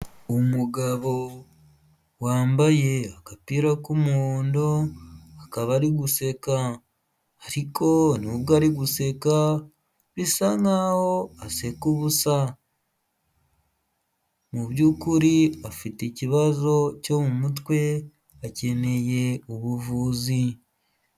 Umugabo wambaye agapira k'umuhondo akaba ari guseka, ariko n'ubwo ari guseka bisa nk'aho aseka ubusa, Mubyukuri afite ikibazo cyo mu mutwe akeneye ubuvuzi.